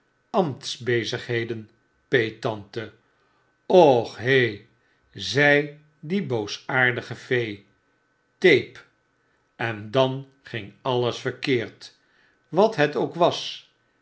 ambtsbezigheden peettante och he zei die boosaardige fee tape en dan ging alles verkeerd wat het ook was